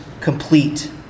complete